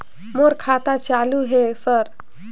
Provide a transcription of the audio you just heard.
मोर खाता चालु हे सर?